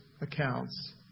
accounts